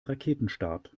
raketenstart